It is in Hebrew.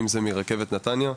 אם זה מרכבת נתניה,